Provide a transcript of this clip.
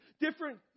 different